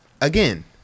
again